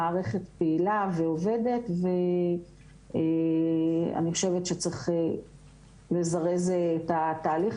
המערכת פעילה ועובדת ואני חושבת שצריך לזרז את התהליך